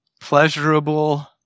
pleasurable